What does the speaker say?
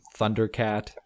Thundercat